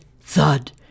thud